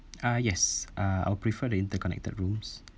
uh yes uh I'll prefer the interconnected rooms